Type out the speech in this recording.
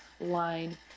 line